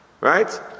right